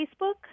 Facebook